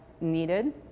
needed